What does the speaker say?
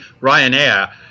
Ryanair